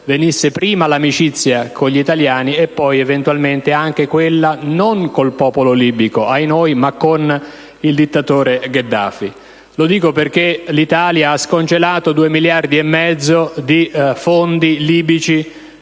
venisse prima l'amicizia con gli italiani e poi, eventualmente, anche quella, non con il popolo libico (ahinoi), ma con il dittatore Gheddafi. Dico ciò perché l'Italia ha scongelato due miliardi e mezzo di fondi libici